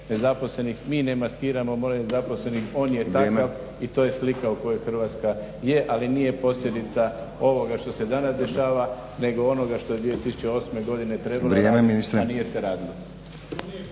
Mi ne maskiramo broj nezaposlenih, on je takav i to je slika u kojoj Hrvatska je ali nije posljedica ovoga što se danas dešava nego onoga što je 2008.godine trebalo … /Upadica: Vrijeme